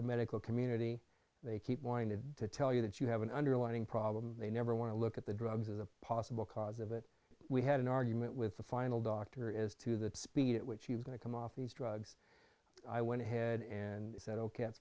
the medical community they keep wanting to tell you that you have an underlying problem they never want to look at the drugs as a possible cause of it we had an argument with the final doctor is to the speed at which you've got to come off these drugs i went ahead and said ok that's